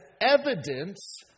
evidence